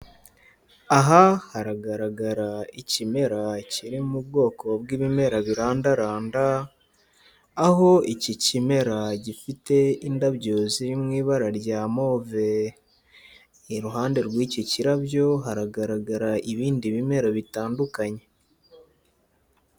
Aha haragaragara ikimera kiri mu bwoko bw'ibimera birandaranda, aho iki kimera gifite indabyo ziri mu ibara rya move, iruhande rw'iki kirabyo haragaragara ibindi bimera bitandukanye.